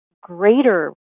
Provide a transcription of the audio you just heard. greater